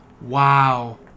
Wow